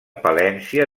palència